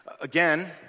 Again